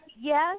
Yes